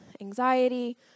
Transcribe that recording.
anxiety